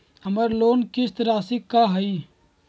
हमर लोन किस्त राशि का हई?